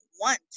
want